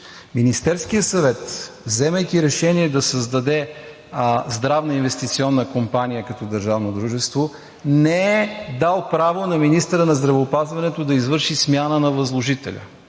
Министерският съвет, вземайки решение да създаде здравна инвестиционна компания като държавно дружество, не е дал право на министъра на здравеопазването да извърши смяна на възложителя.